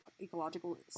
ecological